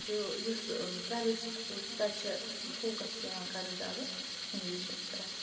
جو یُس private school چھِ تَتہِ چھِ فوکَس یِوان کَرنہٕ زیادٕ اِنٛگلِشَش پٮ۪ٹھ